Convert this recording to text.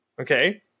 Okay